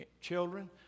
children